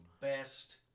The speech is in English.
Best